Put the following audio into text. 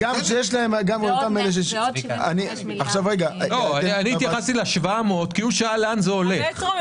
אני התייחסתי ל-700 מיליון שקל כי הוא שאל לאן זה הולך.